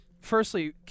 Firstly